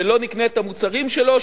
שלא נקנה את המוצרים שלו,